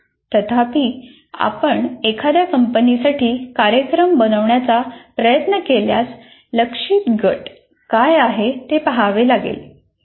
तथापि आपण एखाद्या कंपनीसाठी कार्यक्रम बनवण्याचा प्रयत्न केल्यास लक्ष्यित गट काय आहे ते पहावे लागेल